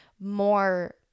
more